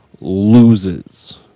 loses